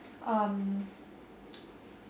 um